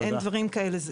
אין דברים כאלה.